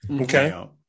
Okay